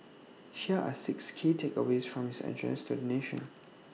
here are six key takeaways from his address to the nation